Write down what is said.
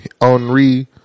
Henri